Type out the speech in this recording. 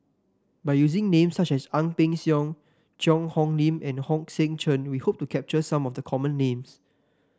by using names such as Ang Peng Siong Cheang Hong Lim and Hong Sek Chern we hope to capture some of the common names